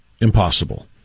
impossible